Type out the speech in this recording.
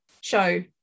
show